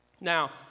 Now